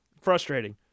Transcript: Frustrating